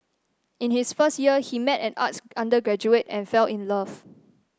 in his first year he met an arts undergraduate and fell in love